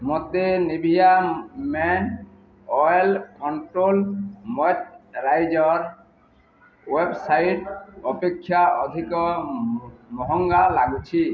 ମୋତେ Nivea men oil control moisturiser website ଅପେକ୍ଷା ଅଧିକ ମହଙ୍ଗା ଲାଗୁଛି